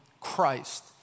Christ